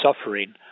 suffering